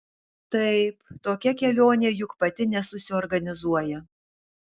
taip tokia kelionė juk pati nesusiorganizuoja